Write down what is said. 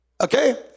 Okay